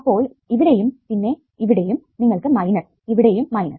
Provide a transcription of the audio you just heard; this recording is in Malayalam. അപ്പോൾ ഇവിടെയും പിന്നെ ഇവിടെയും നിങ്ങൾക്ക് മൈനസ് ഇവിടെയും മൈനസ്